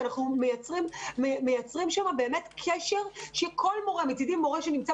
ואנחנו מייצרים שם קשר שכל מורה מצדי מורה שנמצא